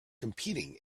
competing